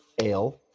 ale